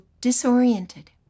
disoriented